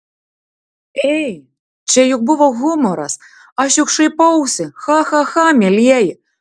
ei čia juk buvo humoras aš juk šaipausi cha cha cha mielieji